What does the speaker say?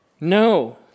no